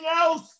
else